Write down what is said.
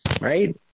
right